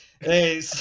Hey